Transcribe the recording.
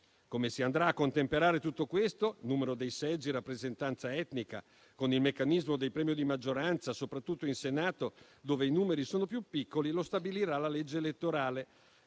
Come si andrà a contemperare tutto questo - numero dei seggi, rappresentanza etnica - con il meccanismo del premio di maggioranza, soprattutto in Senato, dove i numeri sono più piccoli? Lo stabilirà la legge elettorale,